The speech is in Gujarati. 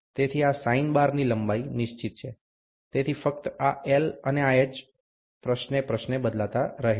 તેથી આ સાઈન બારની લંબાઈ નિશ્ચિત છે તેથી ફક્ત આ L અને આ h પ્રશ્ને પ્રશ્ને બદલાતા રહે છે